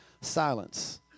Silence